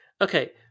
Okay